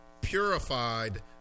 purified